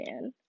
man